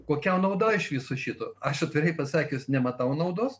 kokia nauda iš viso šito aš atvirai pasakius nematau naudos